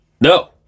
No